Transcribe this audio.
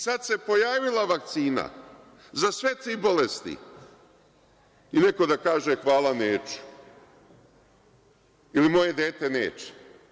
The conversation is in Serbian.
Sada se pojavila vakcina za sve tri bolesti i neko da kaže – hvala, neću ili moje dete neće.